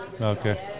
Okay